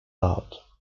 out